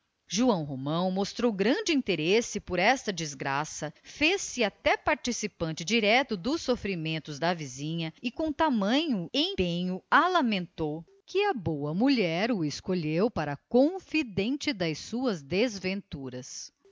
joão romão mostrou grande interesse por esta desgraça fez-se até participante direto dos sofrimentos da vizinha e com tamanho empenho a lamentou que a boa mulher o escolheu para confidente das suas desventuras